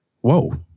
whoa